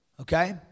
Okay